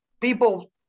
people